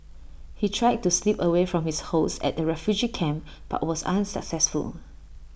he tried to slip away from his hosts at the refugee camp but was unsuccessful